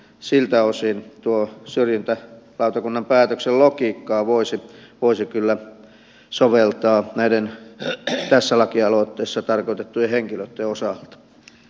siltä osin tuota syrjintälautakunnan päätöksen logiikkaa voisi kyllä soveltaa näiden tässä lakialoitteessa tarkoitettujen henkilöitten osalta